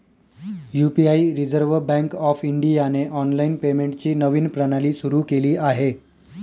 UPI reserve bank of इंडियाने online पेमेंटची नवीन प्रणाली सुरू केली आहे